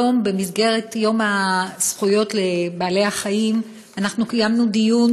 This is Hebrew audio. במסגרת יום זכויות בעלי-החיים אנחנו היום קיימנו דיון